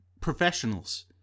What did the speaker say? professionals